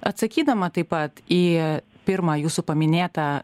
atsakydama taip pat į pirmą jūsų paminėtą